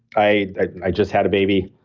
i just had a baby,